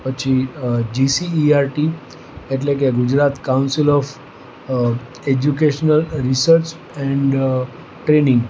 પછી ગી જીસીઈઆરટી એટલે કે Gujarat council of educational research and training